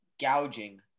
gouging